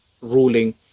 ruling